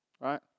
right